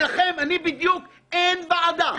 יש כאן עוד שתי נקודות שאני ביקשתי להעלות .